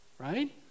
right